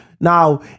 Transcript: Now